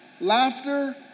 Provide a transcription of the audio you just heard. Laughter